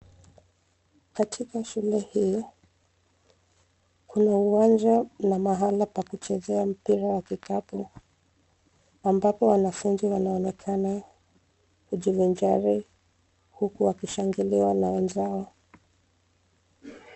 Katika shule hii, kuna uwanja na mahala pa kuchezea mpira wa kikapu ambapo wanafunzi wanaonekana kujifichali huku wakishangiliwa na wenzao.